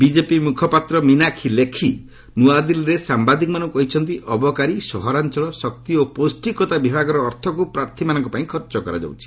BJP ମ୍ରଖପାତ୍ର ମନାଖୀ ଲେଖି ନ୍ତଆଦିଲ୍ଲୀରେ ସାମ୍ଭାଦିକମାନଙ୍କ କହିଛନ୍ତି ଅବକାରୀ ସହରାଞ୍ଚଳ ଶକ୍ତି ଓ ପୌଷ୍ଟିକତା ବିଭାଗର ଅର୍ଥକୁ ପ୍ରାର୍ଥୀମାନଙ୍କ ପାଇଁ ଖର୍ଚ୍ଚ କରାଯାଉଛି